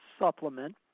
supplement